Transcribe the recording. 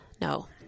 No